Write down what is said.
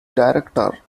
director